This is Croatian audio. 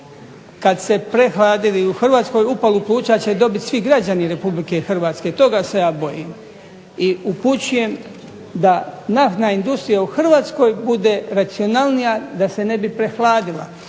kad se prahladi i u Hrvatskoj upalu pluća će dobiti svi građani Republike Hrvatske. Toga se ja bojim. I upućujem da naftna industrija u Hrvatskoj bude racionalnija da se ne bi prehladila